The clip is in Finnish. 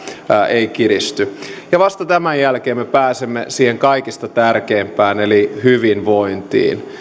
ei kiristy vasta tämän jälkeen me pääsemme siihen kaikista tärkeimpään eli hyvinvointiin